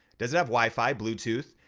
does it have wifi, bluetooth?